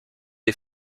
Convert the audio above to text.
des